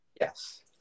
Yes